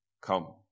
come